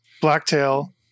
Blacktail